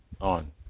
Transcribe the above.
on